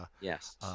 Yes